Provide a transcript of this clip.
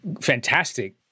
fantastic